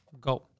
Go